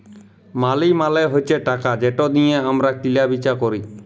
মালি মালে হছে টাকা যেট দিঁয়ে আমরা কিলা বিচা ক্যরি